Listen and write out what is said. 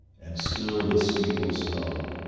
and still the steeples hum.